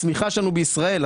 הצמיחה שלנו בישראל,